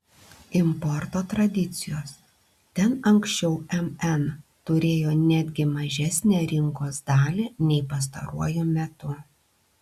importo tradicijos ten anksčiau mn turėjo netgi mažesnę rinkos dalį nei pastaruoju metu